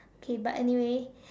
okay but anyway